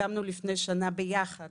הקמנו לפני שנה ביחד